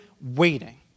waiting